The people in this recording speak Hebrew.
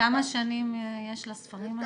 כמה שנים יש לספרים האלה?